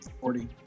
Forty